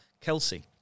Kelsey